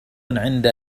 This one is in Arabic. عند